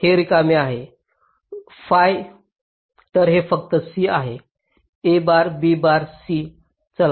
हे रिकामे आहे phi तर हे फक्त c आहे a bar b bar c